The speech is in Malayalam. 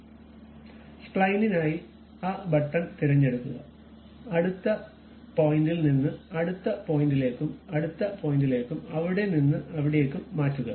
അതിനാൽ സ്പ്ലൈനിനായിആ ബട്ടൺ തിരഞ്ഞെടുക്കുക അടുത്ത പോയിന്റിൽ നിന്ന് അടുത്ത പോയിന്റിലേക്കും അടുത്ത പോയിന്റിലേക്ക് അവിടെ നിന്ന് അവിടേക്കും മാറ്റുക